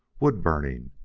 wood-burning,